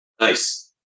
Nice